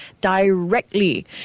directly